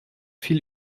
viel